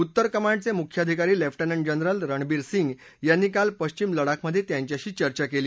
उत्तर कमांडचे मुख्याधिकारी लेफ्टनंट जनरल रणवीर सिंग यांनी काल पश्विम लडाखमधे त्यांच्याशी चर्चा केली